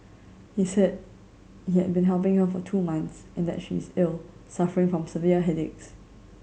he said he had been helping her for two months and that she is ill suffering from severe headaches